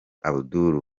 abdul